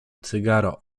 cygaro